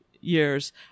years